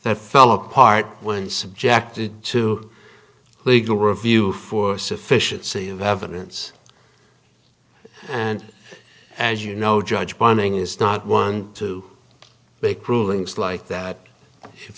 that fell apart when subjected to legal review for sufficiency of evidence and as you know judge bunning is not one to make rulings like that if